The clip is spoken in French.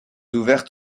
ouverte